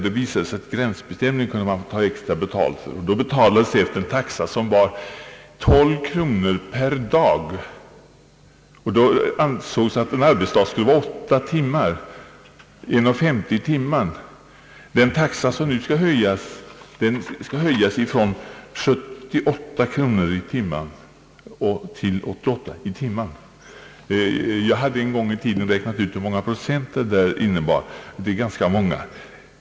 Det visade sig att vid gränsbestämning kunde man ta extra betalt efter en taxa som föreskrev 12 kronor per dag. Det ansågs att en arbetsdag skulle omfatta åtta timmar. Det blir en krona och femtio öre i timmen. Nu efter tjugu år av statligt lantmäteri är det meningen att taxan skall höjas från 78 kronor till 88 kronor i timmen. Jag gjorde en gång i tiden en uträkning av hur många procent det innebär, och det var ganska många.